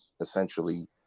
essentially